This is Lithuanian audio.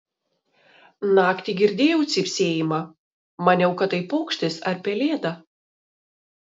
naktį girdėjau cypsėjimą maniau kad tai paukštis ar pelėda